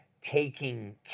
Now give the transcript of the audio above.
taking